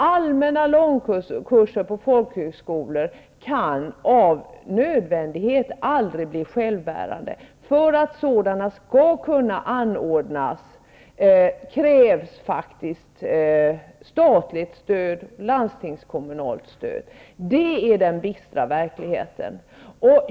Allmänna långkurser på folkhögskolor kan med nödvändighet aldrig bli självbärande. För att sådana skall kunna anordnas krävs faktiskt statligt stöd, landstingskommunalt stöd. Det är den bistra verkligheten.